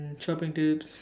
shopping tips